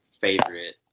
favorite